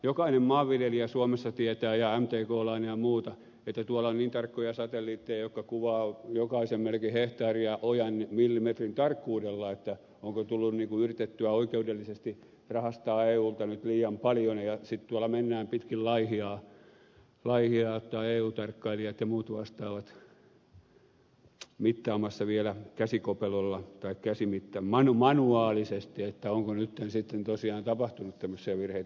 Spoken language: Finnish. jokainen maanviljelijä suomessa tietää ja mtklainen ja muut että tuolla on niin tarkkoja satelliitteja jotka kuvaavat jokaisen melkein hehtaarin ja ojan millimetrin tarkkuudella onko tullut yritettyä oikeudellisesti rahastaa eulta liian paljon ja sitten tuolla mennään pitkin laihiaa eu tarkkailijat ja muut vastaavat mittaamassa vielä käsikopelolla tai manuaalisesti onko nyt sitten tosiaan tapahtunut tämmöisiä virheitä